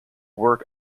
work